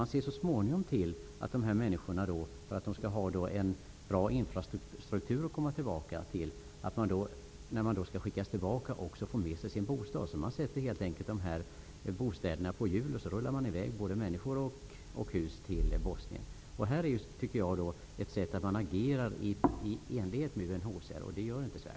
För att dessa människor skall ha en bra infrastruktur att återkomma till när de återvänder till sitt hemland får de ta med sig sin bostad. Bostäderna sätts helt enkelt på hjul, och sedan förflyttas både människor och hus till Bosnien. Detta är ett exempel på hur man i Danmark agerar i enlighet med UNHCR:s rekommendationer, vilket vi i Sverige inte gör.